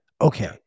Okay